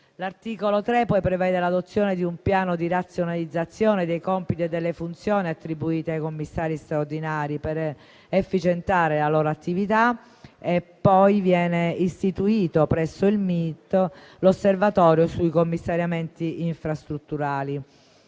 L'articolo 3 prevede l'adozione di un piano di razionalizzazione dei compiti e delle funzioni attribuite ai commissari straordinari per efficientare la loro attività e poi viene istituito, presso il MIT, l'osservatorio sui commissariamenti infrastrutturali.